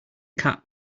cat